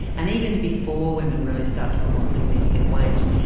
and even before women really start to put on significant weight,